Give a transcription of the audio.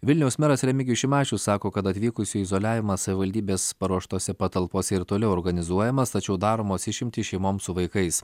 vilniaus meras remigijus šimašius sako kad atvykusiųjų izoliavimas savivaldybės paruoštose patalpose ir toliau organizuojamas tačiau daromos išimtys šeimoms su vaikais